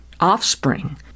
offspring